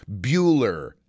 Bueller